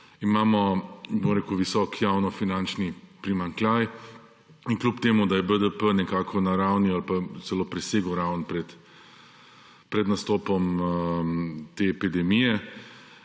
Imamo visok javnofinančni primanjkljaj in kljub temu da je BDP nekako na ravni ali pa celo presegel raven pred nastopom te epidemije,